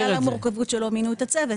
-- אני מאמינה שבגלל המורכבות שלו מינו את הצוות,